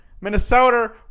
Minnesota